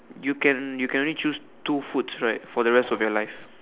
you can you can only choose two foods right for the rest of your life